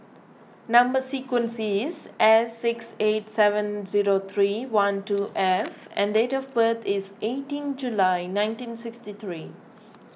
Number Sequence is S six eight seven zero three one two F and date of birth is eighteen July nineteen sixty three